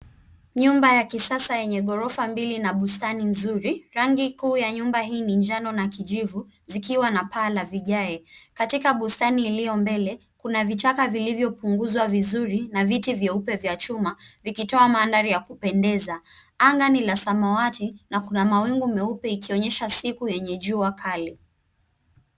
Nyumba ya kisasa yenye ghorofa mbili na bustani nzuri. Rangi kuu ya nyumba hii ni njano na kijivu, zikiwa na paa la vigae. Katika bustani iliyo mbele, kuna vichaka vilivyo punguzwa vizuri, na viti vyeupe vya chuma vikitoa mandhari ya kupendeza. Anga ni la samawati na kuna mawingu meupe, ikionyesha siku yenye jua kali.